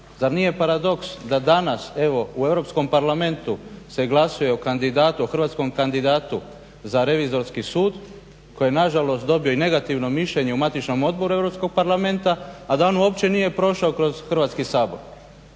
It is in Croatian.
Zar nije paradoks da danas evo u Europskom parlamentu se glasuje o hrvatskom kandidatu za Revizorski sud koji je nažalost dobio i negativno mišljenje u matičnom Odboru Europskog parlamenta, a da on uopće nije prošao kroz Hrvatski sabor.